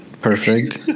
Perfect